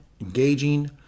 engaging